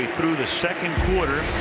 through the second quarter,